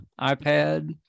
iPad